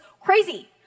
crazy